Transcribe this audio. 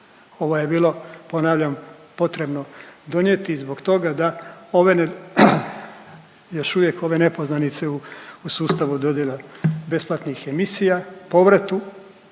Ovo je bilo ponavljam potrebno bilo donijeti zbog toga da ove ne…, još uvijek ove nepoznanice u sustavu dodjela besplatnih emisija, povratu